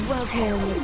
Welcome